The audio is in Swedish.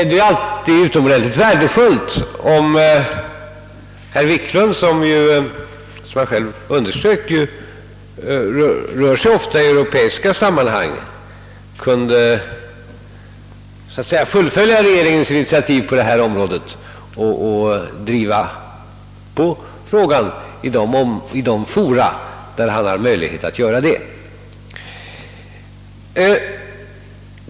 Det är utomordentligt värdefullt om herr Wiklund, som ju — som han själv underströk — ofta rör sig i europeiska sammanhang, kan fullfölja regeringens initiativ på detta område och driva på frågan i de fora där han har möjlighet att göra det.